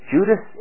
Judas